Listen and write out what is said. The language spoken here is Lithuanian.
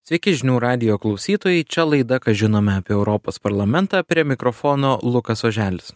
sveiki žinių radijo klausytojai čia laida ką žinome apie europos parlamentą prie mikrofono lukas oželis